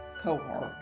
cohort